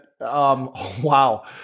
Wow